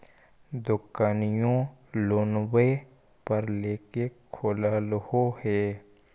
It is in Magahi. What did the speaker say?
दोकनिओ लोनवे पर लेकर खोललहो हे?